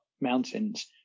mountains